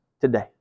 today